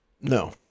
no